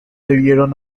debieron